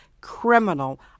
criminal